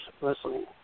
listening